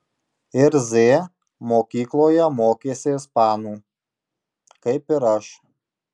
ir z mokykloje mokėsi ispanų kaip ir aš